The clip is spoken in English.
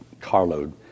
carload